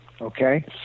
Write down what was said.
Okay